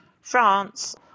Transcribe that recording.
France